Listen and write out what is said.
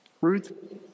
Ruth